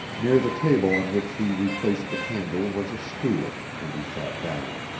near the table on which he replaced the candle was a stool, and he sat down.